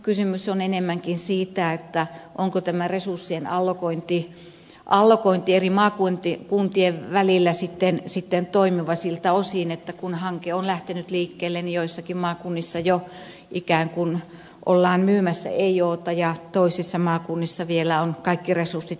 kysymys on enemmänkin siitä onko tämä resurssien allokointi eri maakuntien välillä toimiva siltä osin ettei kun hanke on lähtenyt liikkeelle joissakin maakunnissa jo ikään kuin olla myymässä ei oota kun toisissa maakunnissa vielä on kaikki resurssit käyttämättä